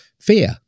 fear